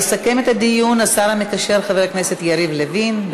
יסכם את הדיון השר המקשר חבר הכנסת יריב לוין.